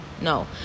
No